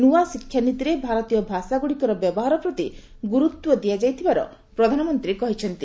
ନ୍ତ୍ରଆ ଶିକ୍ଷାନୀତିରେ ଭାରତୀୟ ଭାଷାଗୁଡ଼ିକର ବ୍ୟବହାର ପ୍ରତି ଗୁରୁତ୍ୱ ଦିଆଯାଇଥିବାର ପ୍ରଧାନମନ୍ତ୍ରୀ କହିଚ୍ଚନ୍ତି